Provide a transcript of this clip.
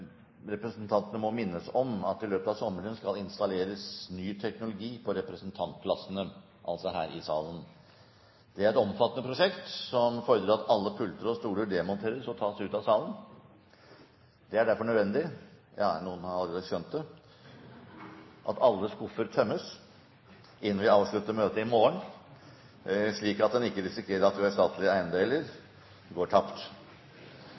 Representantene må minnes om at det i løpet av sommeren skal installeres ny teknologi på representantplassene, altså her i salen. Det er et omfattende prosjekt, som fordrer at alle pulter og stoler demonteres og tas ut av salen. Det er derfor nødvendig at alle skuffer tømmes innen vi avslutter møtet i morgen, slik at en ikke risikerer at uerstattelige eiendeler går tapt.